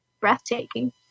breathtaking